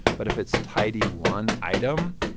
but if it's tidy one item